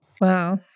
Wow